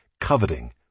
coveting